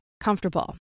comfortable